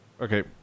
Okay